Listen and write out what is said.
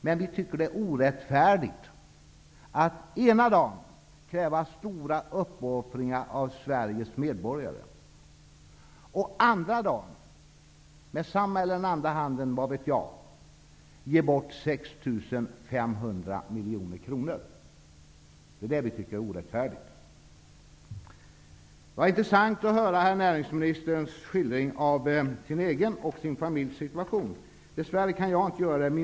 Men vi tycker att det är orättfärdigt att ena dagen kräva stora uppoffringar av Sveriges medborgare och nästa dag -- med samma hand eller med den andra handen, vad vet jag -- ge bort 6 500 miljoner kronor. Det tycker vi är orättfärdigt. Det var intressant att höra näringsministerns skildring av sin egen och sin familjs situation. Dess värre kan jag inte göra detsamma.